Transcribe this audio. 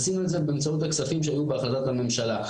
עשינו את זה באמצעות הכספים שהיו בהחלטת הממשלה.